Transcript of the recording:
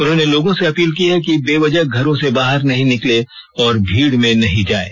उन्होंने लोगों से अपील की है कि बेवजह घरों से बाहर नहीं निकलें और भीड़ में नहीं जाएं